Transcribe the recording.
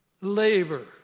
labor